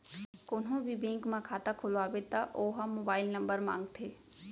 कोनो भी बेंक म खाता खोलवाबे त ओ ह मोबाईल नंबर मांगथे